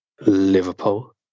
Liverpool